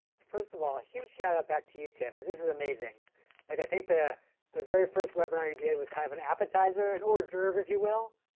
first of all, a huge shout out back to you, tim cause this is amazing. like i think the the very first webinar you did was kind of an appetizer, an hors d'oeuvre, if you will.